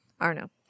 Arno